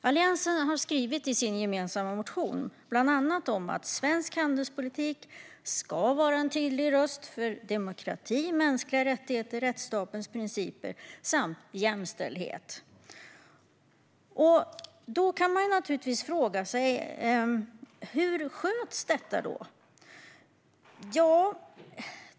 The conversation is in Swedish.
Alliansen har i sin gemensamma motion bland annat skrivit att svensk handelspolitik ska vara en tydlig röst för demokrati, mänskliga rättigheter, rättsstatens principer och jämställdhet. Man kan naturligtvis fråga sig hur detta sköts.